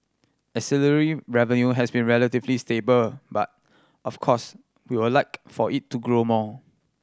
ancillary revenue has been relatively stable but of course we would like for it to grow more